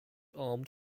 armed